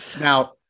Now